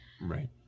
Right